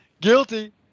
Guilty